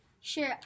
Sure